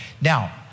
Now